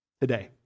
today